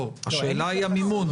לא, השאלה היא המימון.